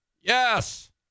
Yes